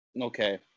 Okay